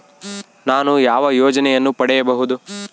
ನಾನು ಯಾವ ಯೋಜನೆಯನ್ನು ಪಡೆಯಬಹುದು?